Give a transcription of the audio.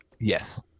Yes